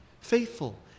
Faithful